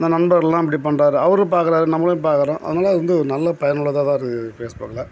ந நண்பர்களெலாம் இப்படி பண்ணுறாரு அவரும் பார்க்கறாரு நம்மளையும் பார்க்கறோம் அதனால் அது வந்து ஒரு நல்ல பயனுள்ளதாக தான் இருக்குது ஃபேஸ் புக்கில்